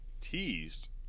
teased